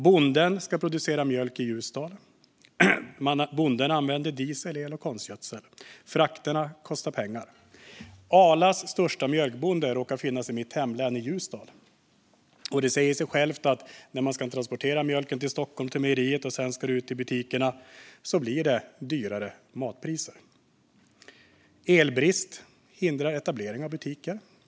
Bonden som ska producera mjölk använder diesel, el och konstgödsel. Frakterna kostar pengar. Arlas största mjölkbonde råkar finnas i mitt hemlän, i Ljusdal, och det säger sig självt att när mjölken ska transporteras till mejeriet i Stockholm och sedan ska ut i butikerna blir det högre matpriser. Elbrist hindrar etablering av butiker.